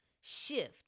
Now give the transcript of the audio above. shift